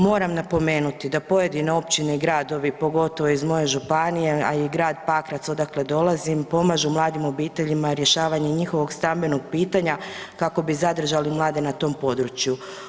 Moram napomenuti da pojedine općine i gradovi, pogotovo iz moje županije, a i Grad Pakrac odakle dolazim pomažu mladim obiteljima rješavanje njihovog stambenog pitanja kako bi zadržali mlade na tom području.